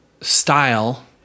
style